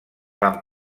van